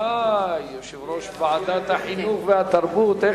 יושב-ראש ועדת החינוך והתרבות מוזמן לברך,